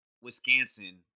Wisconsin